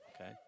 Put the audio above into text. Okay